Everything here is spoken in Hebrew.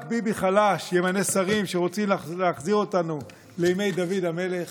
רק ביבי חלש ימנה שרים שרוצים להחזיר אותנו לימי דוד המלך,